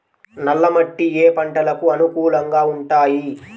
నల్ల మట్టి ఏ ఏ పంటలకు అనుకూలంగా ఉంటాయి?